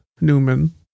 Newman